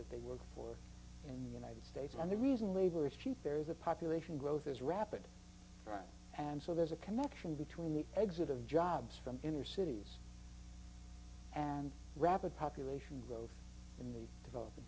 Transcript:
that they work for in the united states and the reason labor is cheap there is a population growth is rapid rise and so there's a connection between the exit of jobs from inner cities and rapid population growth in the develop